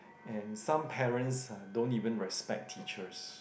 and some parents are don't even respect teachers